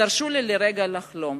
ותרשו לי לרגע לחלום,